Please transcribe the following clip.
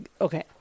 okay